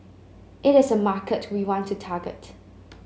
it is a mark we want to target